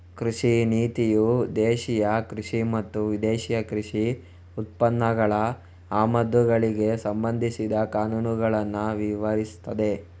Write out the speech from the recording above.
ಕೃಷಿ ನೀತಿಯು ದೇಶೀಯ ಕೃಷಿ ಮತ್ತು ವಿದೇಶಿ ಕೃಷಿ ಉತ್ಪನ್ನಗಳ ಆಮದುಗಳಿಗೆ ಸಂಬಂಧಿಸಿದ ಕಾನೂನುಗಳನ್ನ ವಿವರಿಸ್ತದೆ